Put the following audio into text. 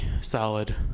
solid